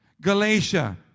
Galatia